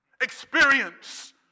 experience